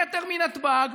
מטר מנתב"ג,